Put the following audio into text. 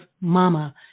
mama